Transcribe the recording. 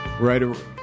Right